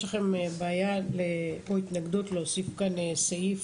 יש לכם בעיה או התנגדות להוסיף כאן סעיף